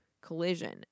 Collision